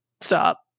stop